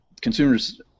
consumers